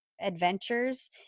adventures